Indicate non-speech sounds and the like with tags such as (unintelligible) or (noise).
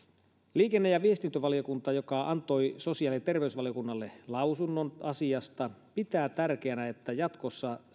liikenne ja viestintävaliokunta joka antoi sosiaali ja terveysvaliokunnalle lausunnon asiasta pitää tärkeänä että jatkossa (unintelligible)